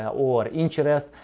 and or interest.